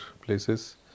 places